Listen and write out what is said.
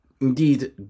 indeed